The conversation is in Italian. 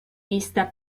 vista